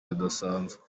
rudasanzwe